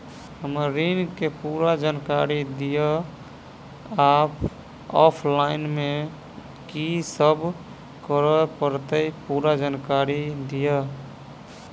हम्मर ऋण केँ पूरा जानकारी दिय आ ऑफलाइन मे की सब करऽ पड़तै पूरा जानकारी दिय?